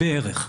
בערך.